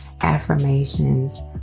affirmations